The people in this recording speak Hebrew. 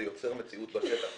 זה יוצר מציאות בשטח.